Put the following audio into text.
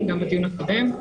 הקודם,